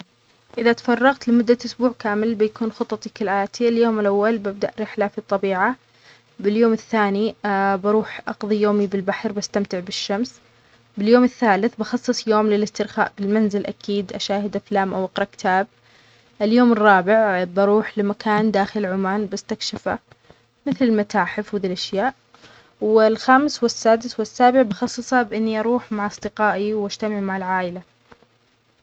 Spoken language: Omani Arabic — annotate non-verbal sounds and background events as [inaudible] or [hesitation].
إذا تفرغت لمدة أسبوع كامل بيكون خطوطي كالآتي اليوم الأول ببدأ رحلة في الطبيعة باليوم الثاني [hesitation] بروح أقضي يومي بالبحر باستمتع بالشمس باليوم الثالث بخصص يوم للإسترخاء في المنزل أكيد أشاهد أفلام أو أقرأ كتاب اليوم الرابع بروح لمكان داخل عمان باستكشفه مثل المتاحف ودي الأشياء والخامس والسادس والسابع بخصصه بأني أروح مع أصدقائي وأجتمع مع العائلة